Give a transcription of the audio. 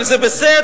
אבל זה בסדר,